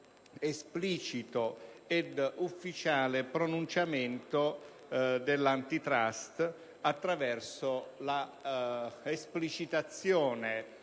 esplicito ed ufficiale pronunciamento dell'*Antitrust* attraverso l'espressione